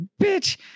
bitch